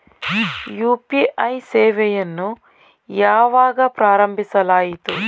UPI ಸೇವೆಯನ್ನು ಯಾವಾಗ ಪ್ರಾರಂಭಿಸಲಾಯಿತು?